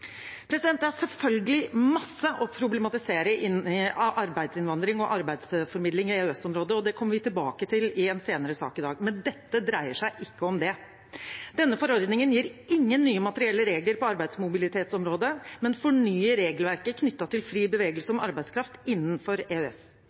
arbeidsinnvandring og arbeidsformidling i EØS-området, og det kommer vi tilbake til i en senere sak i dag. Men dette dreier seg ikke om det. Denne forordningen gir ingen nye materielle regler på arbeidsmobilitetsområdet, men fornyer regelverket knyttet til fri bevegelse